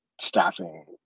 staffing